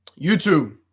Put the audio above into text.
youtube